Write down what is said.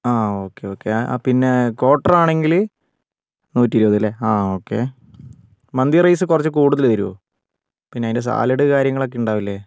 ആ okay okay ആ പിന്നെ ക്വാർട്ടർ ആണെങ്കിൽ നൂറ്റി ഇരുപത് അല്ലേ ആ ഓക്കേ മന്തി റൈസ് കുറച്ച് കൂടുതൽ തരുമോ പിന്നെ അതിൻ്റെ സാലഡ് കാര്യങ്ങളൊക്കെ ഉണ്ടാവില്ലേ